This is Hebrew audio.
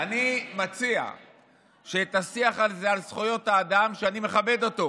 אני מציע שאת השיח על זכויות האדם, שאני מכבד אותו